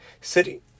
city